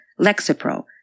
Lexapro